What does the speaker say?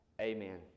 Amen